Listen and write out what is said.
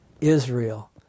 Israel